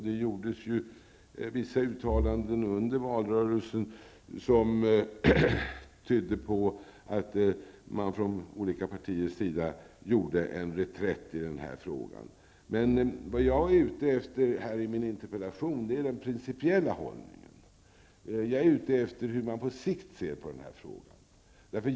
Det gjordes vissa uttalanden under valrörelsen som tydde på att man från olika partiers sida gjorde en reträtt i den här frågan. I min interpellation var jag ute efter den principiella hållningen och hur man på sikt ser på den här frågan.